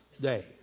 day